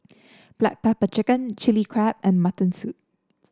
Black Pepper Chicken Chili Crab and Mutton Soup